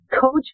Coach